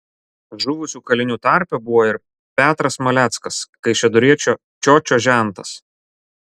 žuvusių kalinių tarpe buvo ir petras maleckas kaišiadoriečio čiočio žentas